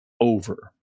over